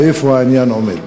2. איפה העניין עומד?